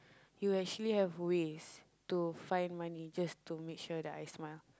you actually have ways to find money just to make sure that I smile